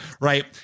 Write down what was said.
right